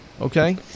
Okay